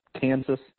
Kansas